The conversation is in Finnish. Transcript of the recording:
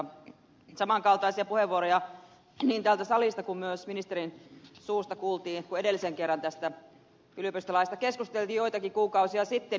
saman kaltaisia puheenvuoroja niin täältä salista kuin myös ministerin suusta kuultiin kun edellisen kerran tästä yliopistolaista keskusteltiin joitakin kuukausia sitten